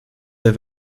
der